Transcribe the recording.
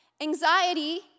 Anxiety